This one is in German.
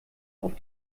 auf